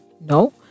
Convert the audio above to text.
no